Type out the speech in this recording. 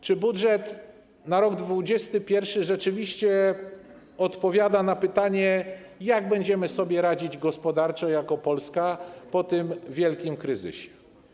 Czy budżet na rok 2021 rzeczywiście odpowiada na pytanie, jak będziemy sobie radzić gospodarczo jako Polska po tym wielkim kryzysie?